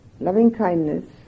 loving-kindness